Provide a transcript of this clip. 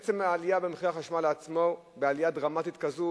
עצם העלייה במחירי החשמל בעלייה דרמטית כזאת,